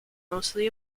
mostly